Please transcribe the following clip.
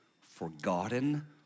forgotten